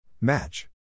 Match